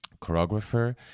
choreographer